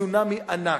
בצונאמי ענק.